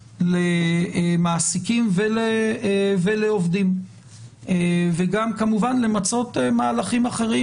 למעסיקים ולעובדים וגם כמובן למצות מהלכים אחרים,